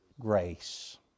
Grace